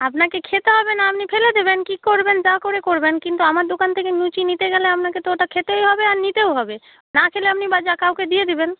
আপনাকে খেতে হবে না আপনি ফেলে দেবেন কি করবেন যা করে করবেন কিন্তু আমার দোকান থেকে লুচি নিতে গেলে আপনাকে তো ওটা খেতেই হবে আর নিতেও হবে না খেলে আপনি কাউকে দিয়ে দিবেন